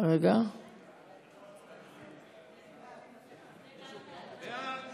ההצעה להעביר את הצעת חוק סיוג הגבלת